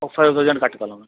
ఒక five thousand కట్టగలను